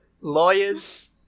Lawyers